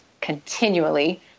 continually